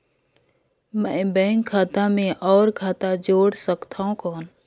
मैं बैंक खाता मे और खाता जोड़ सकथव कौन?